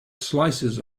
slices